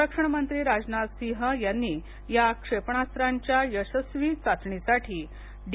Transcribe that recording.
संरक्षण मंत्री राजनाथ सिंह यांनी या क्षेपणास्त्रांच्या यशस्वी चाचणीसाठी डी